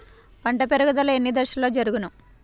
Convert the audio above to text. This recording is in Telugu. పంట పెరుగుదల ఎన్ని దశలలో జరుగును?